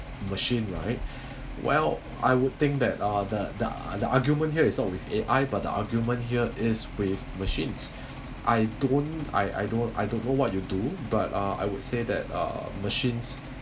machine right well I would think that uh the the the argument here is not with A_I but the argument here is with machines I don't I I don't I don't know what you do but uh I would say that uh machines